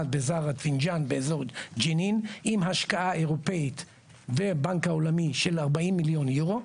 1. באזור ג'נין עם השקעה אירופאית ובנק עולמי של 40 מיליון יורו.